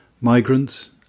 migrants